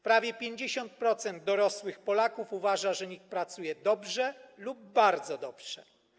Prawie 50% dorosłych Polaków uważa, że NIK pracuje dobrze lub bardzo dobrze.